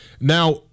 Now